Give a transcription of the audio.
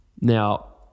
Now